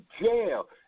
jail